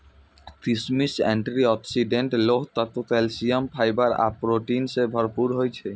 किशमिश anti oxidant, लोह तत्व, कैल्सियम, फाइबर आ प्रोटीन सं भरपूर होइ छै